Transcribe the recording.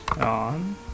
on